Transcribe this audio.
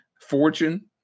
fortune